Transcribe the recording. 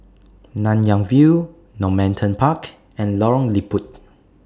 Nanyang View Normanton Park and Lorong Liput